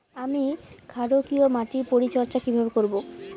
আমি ক্ষারকীয় মাটির পরিচর্যা কিভাবে করব?